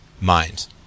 mind